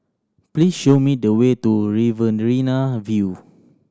please show me the way to Riverina View